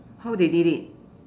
how they did it